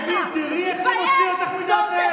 ואני מבין, תראי איך זה מוציא אותך מדעתך.